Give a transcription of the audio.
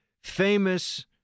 famous